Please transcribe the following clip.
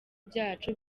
byacu